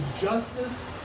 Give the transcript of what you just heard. justice